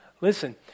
Listen